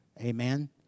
Amen